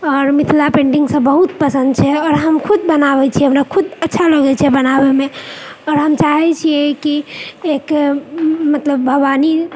आओर मिथिला पेन्टिंगसभ बहुत पसन्द छै आओर हम खुद बनाबैत छियै हमरा खुद अच्छा लगैत छै बनाबयमे आओर हम चाहय छियै कि एक मतलब भवानी